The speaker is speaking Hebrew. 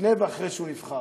לפני ואחרי שהוא נבחר.